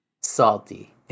salty